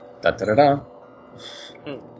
Da-da-da-da